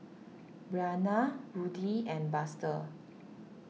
Bryana Rudy and Buster